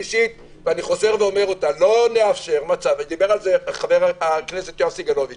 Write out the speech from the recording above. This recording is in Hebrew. דבר שלישי, דיבר על זה יואב סגלוביץ